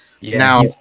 now